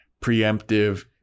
preemptive